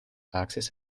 axis